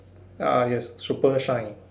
ah yes super shine